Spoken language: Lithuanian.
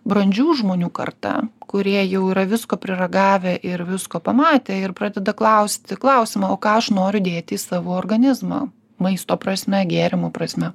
brandžių žmonių karta kurie jau yra visko priragavę ir visko pamatę ir pradeda klausti klausimų o ką aš noriu dėti į savo organizmą maisto prasme gėrimų prasme